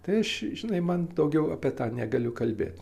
tai aš žinai man daugiau apie tą negaliu kalbėt